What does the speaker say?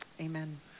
Amen